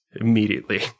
immediately